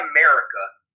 America—